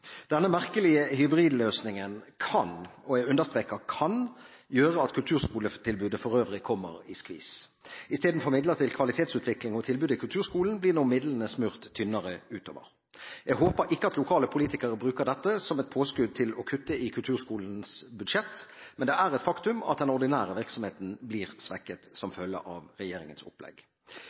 Denne merkelige hybridløsningen kan – og jeg understreker kan – gjøre at kulturskoletilbudet for øvrig kommer i skvis. Istedenfor midler til kvalitetsutvikling og tilbud i kulturskolen, blir nå midlene smurt tynnere utover. Jeg håper ikke lokale politikere bruker dette som et påskudd til å kutte i kulturskolens budsjett, men det er et faktum at den ordinære virksomheten blir svekket som følge av regjeringens opplegg.